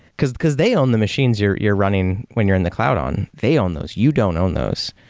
because because they own the machines you're you're running when you're in the cloud on. they own those. you don't own those.